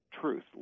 truth